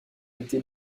été